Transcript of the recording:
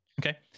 Okay